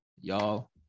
y'all